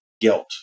guilt